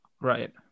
Right